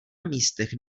místech